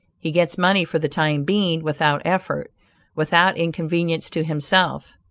he gets money for the time being without effort without inconvenience to himself.